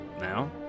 now